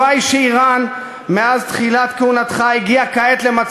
כישלון כואב לכל אחד ואחת מאזרחי המדינה.